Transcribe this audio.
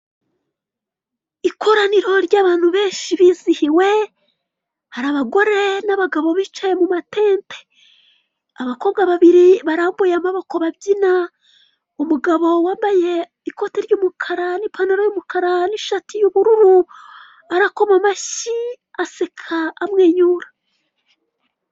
Ikoraniro ry'abantu benshi bizihiwe, hari abagore n'abagabo bicaye mu matente, abakobwa babiri barambuye amaboko babyina, umugabo wambaye ikote ry'umukara n'ipantaro y'umukara n'ishati y'ubururu arakoma amashyi, aseka, amwenyura.